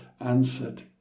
answered